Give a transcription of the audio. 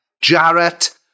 Jarrett